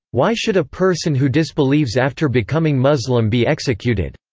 why should a person who disbelieves after becoming muslim be executed.